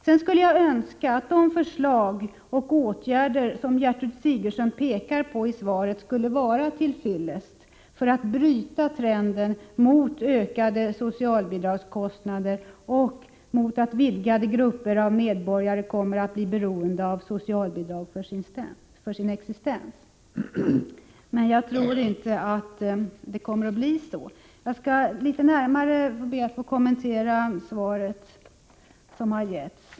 Jag skulle önska att de förslag och åtgärder som Gertrud Sigurdsen pekar på i svaret skulle vara till fyllest för att bryta trenden mot ökade socialbidragskostnader och mot att vidgade grupper av medborgare kommer att bli beroende av socialbidrag för sin existens. Men jag tror inte att det blir så. Jag skall be att litet närmare få kommentera det svar som givits.